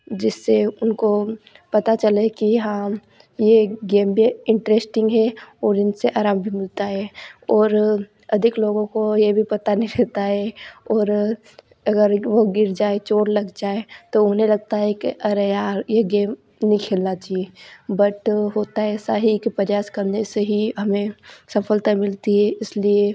जिससे उनको पता चले की हाँ यह गेम भी इंटरेस्टिंग है और इनसे आराम भी मिलता है और अधिक लोगों को यह भी पता नहीं रहता है और अगर वह गिर जाए चोट लग जाए तो उन्हें लगता है की अरे यार यह गेम नहीं खेलना चाहिए बट होता है ऐसा ही कि प्रयास करने से ही हमें सफलता मिलती है इसलिए